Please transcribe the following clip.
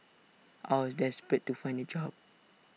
I was desperate to find A job